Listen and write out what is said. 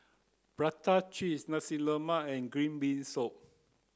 prata cheese nasi lemak and green bean soup